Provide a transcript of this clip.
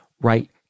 right